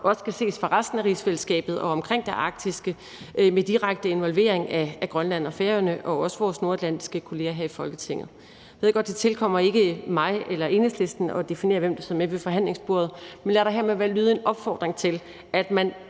også skal ses fra resten af rigsfællesskabet, og omkring det arktiske skal det være med en direkte involvering af Grønland og Færøerne og også vores nordatlantiske kolleger her i Folketinget. Jeg ved godt, det ikke tilkommer mig eller Enhedslisten at definere, hvem der sidder med ved forhandlingsbordet, men lad der hermed lyde en opfordring til, at man